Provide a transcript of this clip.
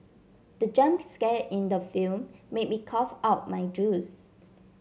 the jump scare in the film made me cough out my juice